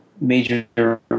major